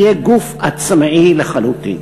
יהיה גוף עצמאי לחלוטין.